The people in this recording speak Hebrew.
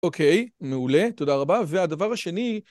אוקיי, מעולה, תודה רבה. והדבר השני...